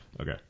Okay